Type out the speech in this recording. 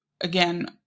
again